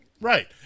Right